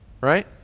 Right